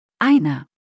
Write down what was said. einer